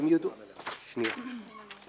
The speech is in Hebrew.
לא